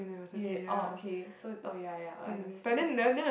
you orh okay so oh ya ya I understand understand